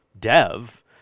dev